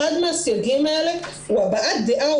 אחד מהסייגים האלה הוא הבעת דעה או